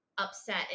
upset